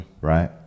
right